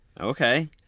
Okay